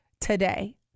today